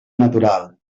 natural